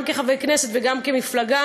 גם כחברי כנסת וגם כמפלגה,